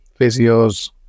physios